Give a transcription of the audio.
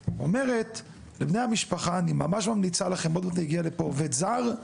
אני לא מוותר על אף אחת מהן לטיפול ולמציאת פתרון יצירתי.